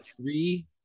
three